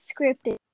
scripted